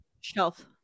shelf